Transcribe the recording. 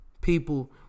People